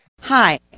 Hi